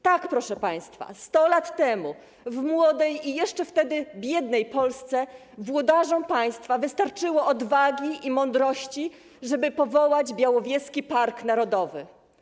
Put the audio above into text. Tak, proszę państwa, 100 lat temu w młodej i wtedy jeszcze biednej Polsce włodarzom państwa wystarczyło odwagi i mądrości, żeby powołać Białowieski Park Narodowy.